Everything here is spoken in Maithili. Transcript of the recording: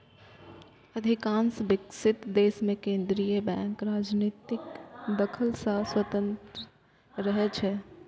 अधिकांश विकसित देश मे केंद्रीय बैंक राजनीतिक दखल सं स्वतंत्र रहै छै